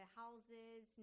houses